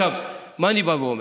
עכשיו, מה אני בא ואומר?